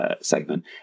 segment